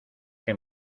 que